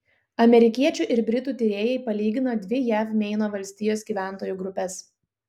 amerikiečių ir britų tyrėjai palygino dvi jav meino valstijos gyventojų grupes